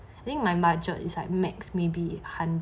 I think my budget is like max may be hundred